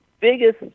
biggest